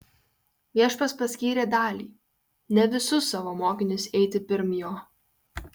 viešpats paskyrė dalį ne visus savo mokinius eiti pirm jo